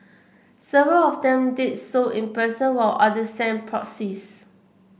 several of them did so in person while other sent proxies